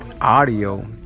audio